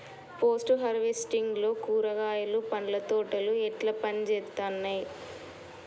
Post harvesting లో కూరగాయలు పండ్ల తోటలు ఎట్లా పనిచేత్తనయ్?